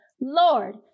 Lord